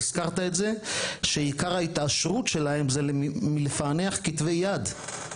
שעיקר ההתעשרות שלהם זה מלפענח כתבי יד,